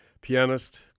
pianist